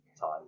time